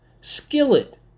Skillet